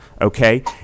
okay